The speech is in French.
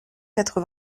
quatre